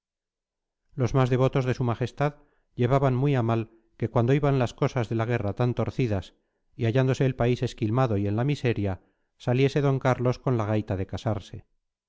los más devotos de su majestad llevaban muy a mal que cuando iban las cosas de la guerra tan torcidas y hallándose el país esquilmado y en la miseria saliese d carlos con la gaita de casarse